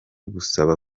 gusaba